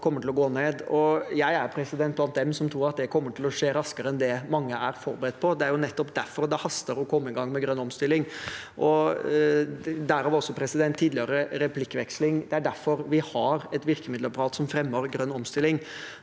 Jeg er blant dem som tror at det kommer til å skje raskere enn det mange er forberedt på. Det er nettopp derfor det haster å komme i gang med grønn omstilling. Derav også tidligere replikkveksling – det er derfor vi har et virkemiddelapparat som fremmer grønn omstilling.